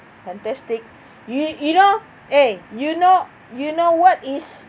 fantastic you you know ~ you know you know what is